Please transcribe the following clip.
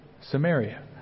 Samaria